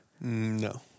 No